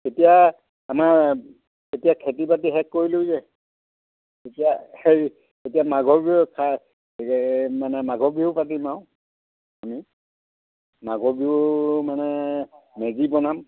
তেতিয়া আমাৰ এতিয়া খেতি বাতি শেষ কৰিলো যে এতিয়া হেৰি এতিয়া মাঘৰ বিহু খাই মানে মাঘৰ বিহু পাতিম আৰু আমি মাঘৰ বিহু মানে মেজি বনাম